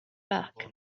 back